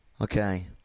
okay